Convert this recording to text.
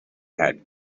head